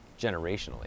generationally